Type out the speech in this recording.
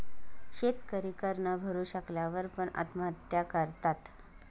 शेतकरी कर न भरू शकल्या वर पण, आत्महत्या करतात